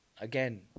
again